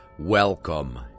Welcome